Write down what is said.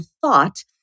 thought